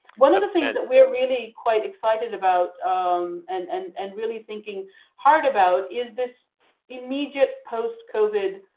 one of the things that we're really quite excited about and and and really thinking hard about is this immediate post-covid,